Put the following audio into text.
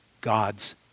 God's